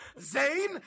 zane